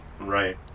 Right